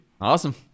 Awesome